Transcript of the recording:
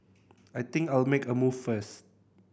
I think I'll make a move first